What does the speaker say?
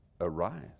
arise